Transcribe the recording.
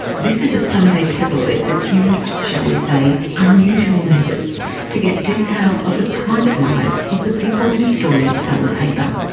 this is a sunday tabloid that's used shall we say? unusual methods to get details of the private lives of the people whose stories sell the paper.